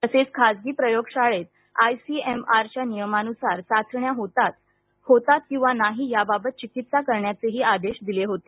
तसेच खासगी प्रयोगशाळेतआयसीएमआरच्या नियमानुसार चाचण्या होतात किंवा नाही याबाबत चिकित्सा करण्याचेही आदेश दिले होते